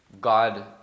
God